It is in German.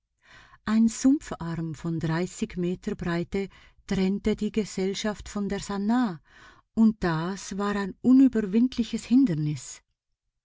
ein sumpfarm von dreißig meter breite trennte die gesellschaft von der sannah und das war ein unüberwindliches hindernis